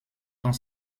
quand